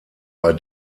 bei